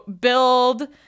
build